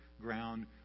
ground